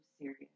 serious